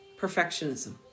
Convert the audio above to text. perfectionism